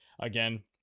again